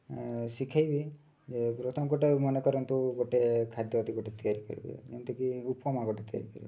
ଶିଖାଇବି ଯେ ପ୍ରଥମ ଗୋଟେ ମନେକରନ୍ତୁ ଗୋଟେ ଖାଦ୍ୟ ଅତି ଗୋଟେ ତିଆରି କରିବେ ଯେମିତିକି ଉପମା ଗୋଟେ ତିଆରି କରିବେ